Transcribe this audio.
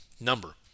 number